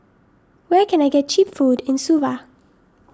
where can I get Cheap Food in Suva